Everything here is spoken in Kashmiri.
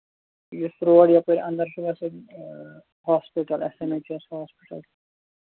یُس روڈ یَپٲرۍ اَندر چھُ گژھان hospital S M H S hospital